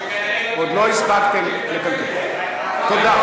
הייתה קואליציה שכנראה